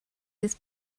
this